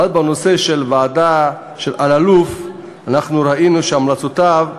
אבל בנושא של ועדת אלאלוף אנחנו ראינו שהמלצותיה,